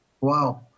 Wow